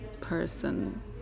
person